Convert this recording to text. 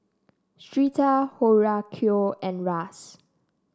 Syreeta Horacio and Russ